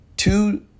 Two